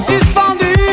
Suspendu